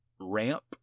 ramp